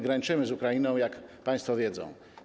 Graniczy ono z Ukrainą, jak państwo wiedzą.